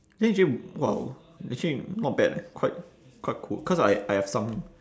then actually !wow! actually not bad leh quite quite cool cause I I have some